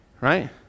right